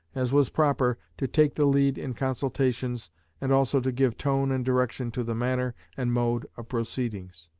as was proper, to take the lead in consultations and also to give tone and direction to the manner and mode of proceedings.